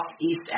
East